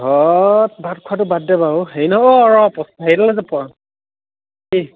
ঘৰত ভাত খোৱাটো বাদ দে বাৰু হেৰি নহয় অঁ অঁ হেৰি এডাল কি